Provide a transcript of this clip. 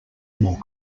more